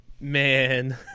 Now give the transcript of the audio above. Man